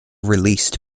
released